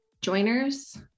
joiners